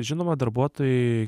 žinoma darbuotojai